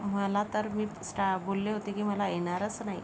मला तर मी स्टा बोलले होते की मला येणारच नाही